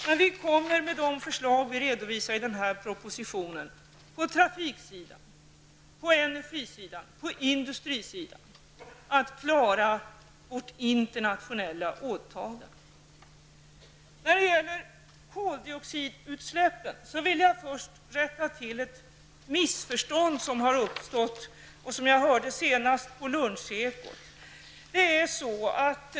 Däremot kommer vi med de förslag som vi redovisar i den här propositionen på trafikenergi och industrisidan att klara vårt internationella åtagande. Beträffande koldioxidutsläppen vill jag först rätta till ett missförstånd som har uppstått och som jag senast hörde på Lunchekot.